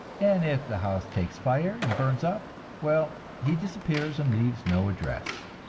and if the house takes fire and burns up well, he disappears and leaves no address.